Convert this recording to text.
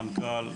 המנכ"ל,